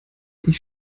ich